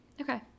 Okay